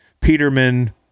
Peterman